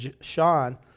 Sean